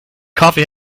coffee